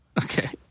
Okay